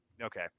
Okay